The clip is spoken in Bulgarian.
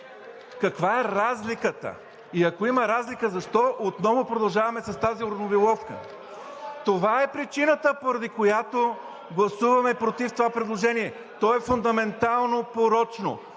Каква е разликата и ако има разлика, защо отново продължаваме с тази уравниловка? Това е причината, поради която гласуваме „против“ това предложение. То е фундаментално порочно.